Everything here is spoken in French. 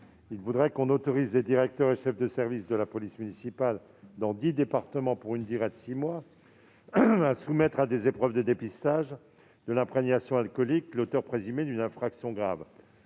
Il s'agit d'autoriser les directeurs et chefs de service de la police municipale dans dix départements et pour une durée de six mois à soumettre à des épreuves de dépistage de l'imprégnation alcoolique l'auteur présumé d'une infraction grave.